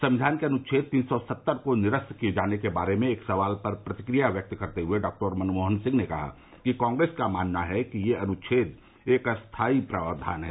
संविधान के अनुर्छेद तीन सौ सत्तर को निरस्त किये जाने के बारे में एक सवाल पर प्रतिक्रिया व्यक्त करते हुए डॉक्टर मनमोहन सिंह ने कहा कि कांग्रेस का मानना है कि यह अनुच्छेद एक अस्थायी प्रावधान है